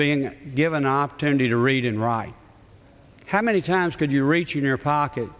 being given opportunity to read and write how many times could you reach in your pocket